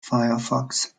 firefox